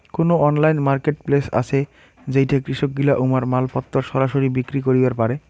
কুনো online marketplace আছে যেইঠে কৃষকগিলা উমার মালপত্তর সরাসরি বিক্রি করিবার পারে?